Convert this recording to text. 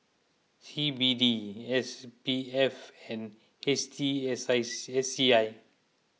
C B D S P F and H T S I S C I